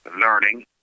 learning